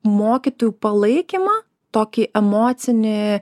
mokytojų palaikymą tokį emocinį